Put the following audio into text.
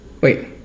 Wait